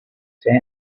town